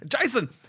Jason